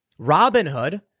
Robinhood